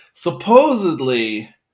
supposedly